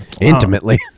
intimately